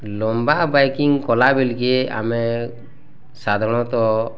ଲମ୍ୱା ବାଇକିଂ କଲା ବୋଲି କି ଆମେ ସାଧାରଣତଃ